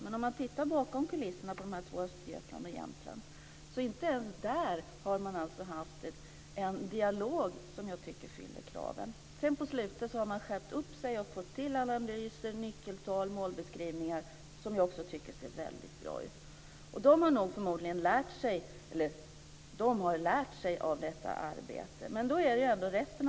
Men om man tittar bakom kulisserna vad gäller länen Östergötland och Jämtland har man inte ens där haft en dialog som fyller kraven. På slutet har man skärpt sig och fått till analyser, nyckeltal och målbeskrivningar som jag tycker ser väldigt bra ut. De har lärt sig av detta arbete, men det är bara två län.